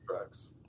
tracks